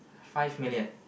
five million